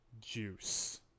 juice